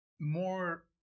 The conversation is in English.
more